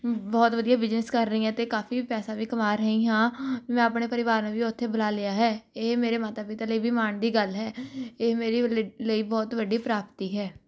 ਬਹੁਤ ਵਧੀਆ ਬਿਜ਼ਨਸ ਕਰ ਰਹੀ ਹਾਂ ਮੈਂ ਕਾਫੀ ਪੈਸਾ ਵੀ ਕਮਾ ਰਹੀ ਹਾਂ ਮੈਂ ਆਪਣੇ ਪਰਿਵਾਰ ਨੂੰ ਵੀ ਉੱਥੇ ਬੁਲਾ ਲਿਆ ਹੈ ਇਹ ਮੇਰੇ ਮਾਤਾ ਪਿਤਾ ਲਈ ਵੀ ਮਾਣ ਦੀ ਗੱਲ ਹੈ ਇਹ ਮੇਰੇ ਲ ਲਈ ਬਹੁਤ ਵੱਡੀ ਪ੍ਰਾਪਤੀ ਹੈ